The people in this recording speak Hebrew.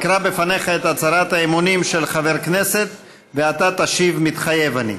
אקרא בפניך את הצהרת האמונים של חבר כנסת ואתה תשיב: מתחייב אני.